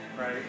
right